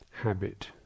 habit